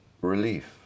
relief